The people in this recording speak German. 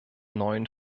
neuen